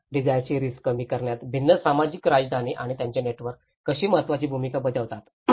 तर डिझास्टरची रिस्क कमी करण्यात भिन्न सामाजिक राजधानी आणि त्याचे नेटवर्क कशी महत्वाची भूमिका बजावते